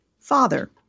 father